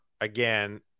again